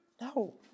No